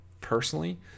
personally